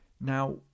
Now